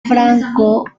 francófona